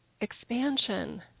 expansion